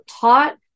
taught